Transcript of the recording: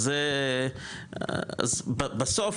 אז בסוף,